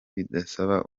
bidasaba